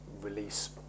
release